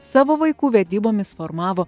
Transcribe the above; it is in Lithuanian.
savo vaikų vedybomis formavo